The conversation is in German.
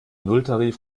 nulltarif